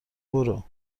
برو